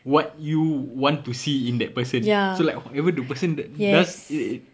what you want to see in that person so like whatever that person does it